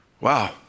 wow